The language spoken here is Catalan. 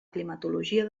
climatologia